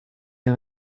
der